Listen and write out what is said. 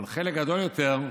אבל חלק גדול יותר,